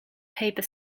paper